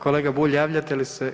Kolega Bulj, javljate li se?